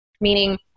Meaning